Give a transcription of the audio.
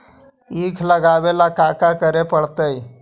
ईख लगावे ला का का करे पड़तैई?